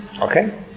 Okay